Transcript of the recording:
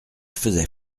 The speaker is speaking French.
faisait